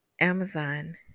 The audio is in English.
Amazon